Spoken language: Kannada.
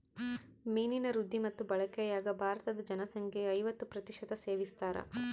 ಮೀನಿನ ವೃದ್ಧಿ ಮತ್ತು ಬಳಕೆಯಾಗ ಭಾರತೀದ ಜನಸಂಖ್ಯೆಯು ಐವತ್ತು ಪ್ರತಿಶತ ಸೇವಿಸ್ತಾರ